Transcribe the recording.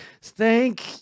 thank